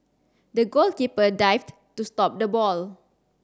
the goalkeeper dived to stop the ball